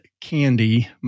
candy